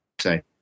say